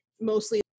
mostly